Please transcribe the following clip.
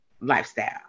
lifestyle